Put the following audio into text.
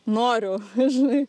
noriu žinai